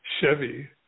Chevy